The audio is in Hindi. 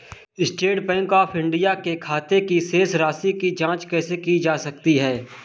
स्टेट बैंक ऑफ इंडिया के खाते की शेष राशि की जॉंच कैसे की जा सकती है?